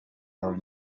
are